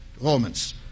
Romans